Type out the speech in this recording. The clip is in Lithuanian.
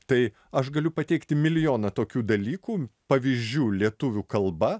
tai aš galiu pateikti milijoną tokių dalykų pavyzdžių lietuvių kalba